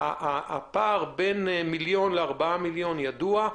הפער בין מיליון לארבעה מיליון ידוע,